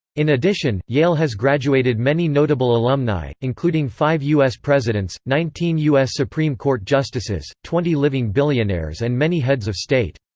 in addition, yale has graduated many notable alumni, including five u s. presidents, nineteen u s. supreme court justices, twenty living billionaires and many heads of state.